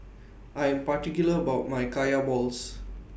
I Am particular about My Kaya Balls